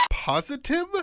Positive